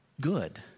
good